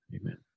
Amen